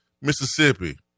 Mississippi